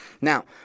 Now